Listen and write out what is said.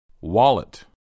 Wallet